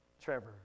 Trevor